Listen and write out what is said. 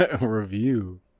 review